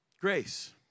Grace